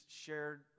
shared